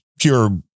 pure